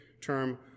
term